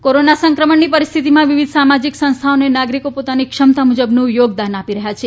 ફાળી corona સંક્રમણની પરિસ્થિતીમાં વિવિધ સામાજીક સંસ્થાઓ અને નાગરીકો પોતાની ક્ષમતા મુજબનું યોગદાન આપી રહયાં છે